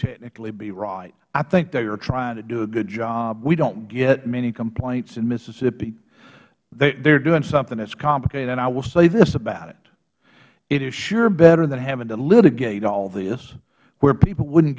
technically be right i think they are trying to do a good job we don't get many complaints in mississippi they are doing something that's complicated and i will say this about it it is sure better than having to litigate all this where people wouldn't